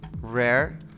rare